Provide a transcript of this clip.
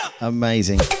amazing